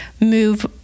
move